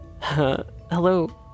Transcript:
Hello